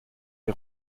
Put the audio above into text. les